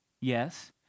Yes